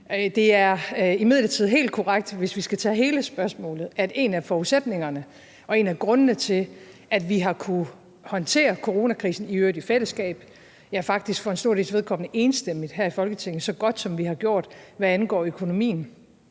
Det er imidlertid helt korrekt, hvis vi skal tage hele spørgsmålet, at en af forudsætningerne for og en af grundene til, at vi har kunnet håndtere coronakrisen – i øvrigt i fællesskab, ja, faktisk for en stor dels vedkommende enstemmigt her i Folketinget – så godt, som vi har gjort, hvad angår økonomien,